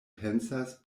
pensas